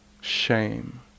shame